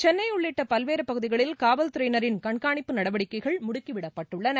சென்னை உள்ளிட்ட பல்வேறு பகுதிகளில் காவல்துறையினரின் கண்காணிப்பு நடவடிக்கைகள் முடுக்கிவிடப்பட்டுள்ளன